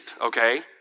okay